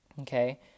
okay